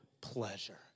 pleasure